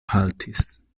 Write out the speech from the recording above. haltis